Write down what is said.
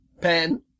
Pen